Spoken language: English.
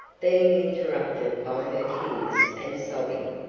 being interrupted by her tears and sobbing.